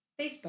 Facebook